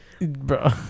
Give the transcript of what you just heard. Bro